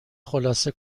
خلاصه